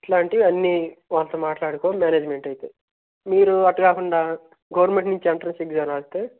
ఇలాంటివి అన్నీ వారితో మాట్లాడుకోవాలి మ్యానేజ్మెంట్ అయితే మీరు అలా కాకుండా గవర్నమెంట్ నుంచి ఎంట్రన్స్ ఎగ్జామ్స్ రాస్తే